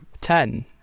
Ten